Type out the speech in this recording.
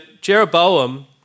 Jeroboam